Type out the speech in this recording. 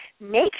make